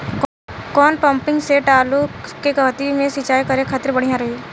कौन pumping set आलू के कहती मे सिचाई करे खातिर बढ़िया रही?